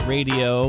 Radio